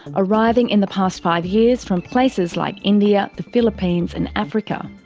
arriving in the past five years from places like india, the philippines and africa.